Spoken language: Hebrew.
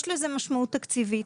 יש לזה משמעות תקציבית,